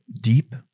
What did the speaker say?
deep